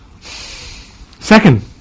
Second